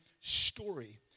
story